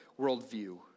worldview